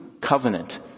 covenant